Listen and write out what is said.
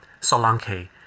Solanke